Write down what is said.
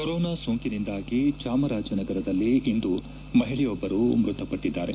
corona ಸೋಂಕಿನಿಂದಾಗಿ ಚಾಮರಾಜನಗರದಲ್ಲಿಂದು ಮಹಿಳೆಯೊಬ್ಲರು ಮೃತಪಟ್ಟಿದ್ದಾರೆ